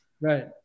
Right